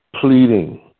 pleading